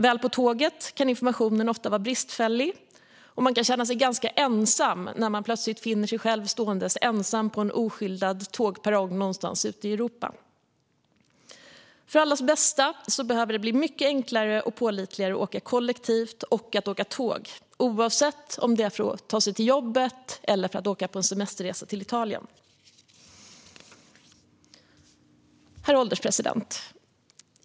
Väl på tåget kan informationen ofta vara bristfällig, och man kan känna sig ganska ensam när man plötsligt finner sig stående på en oskyltad perrong någonstans ute i Europa. För allas bästa behöver det bli mycket enklare och pålitligare att åka kollektivt och att åka tåg, oavsett om det är för att ta sig till jobbet eller för att åka på en semesterresa till Italien. Herr ålderspresident!